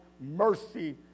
mercy